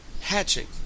hatching